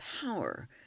power